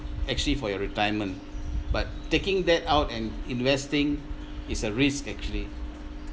actually for your retirement but taking that out and investing is a risk actually